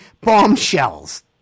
bombshells